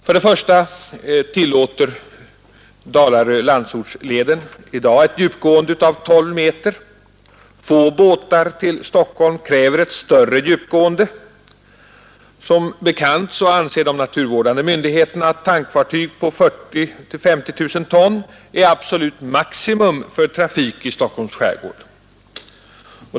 För det första tillåter Landsort—Dalaröleden i dag ett djupgående av 12 m. Få båtar till Stockholm kräver ett större djupgående. Som bekant anser de naturvårdande myndigheterna att tankfartyg på 40 000-50 000 ton är absolut maximum för trafik i Stockholms skärgård.